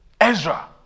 Ezra